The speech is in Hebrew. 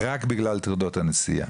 רק בגלל טרחת הנסיעה.